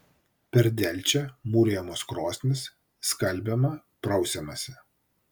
per delčią mūrijamos krosnys skalbiama prausiamasi